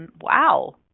Wow